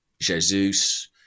jesus